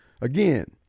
Again